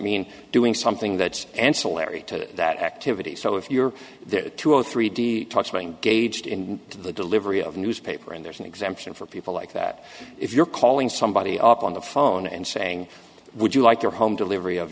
mean doing something that's ancillary to that activity so if you're two or three d gauged in the delivery of newspaper and there's an exemption for people like that if you're calling somebody up on the phone and saying would you like your home delivery of